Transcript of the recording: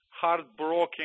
heartbroken